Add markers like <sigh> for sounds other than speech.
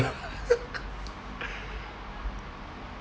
<laughs>